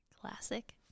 Classic